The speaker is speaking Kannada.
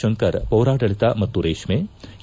ಶಂಕರ್ ಪೌರಾಡಳಿತ ಮತ್ತು ರೇಷ್ಕೆ ಕೆ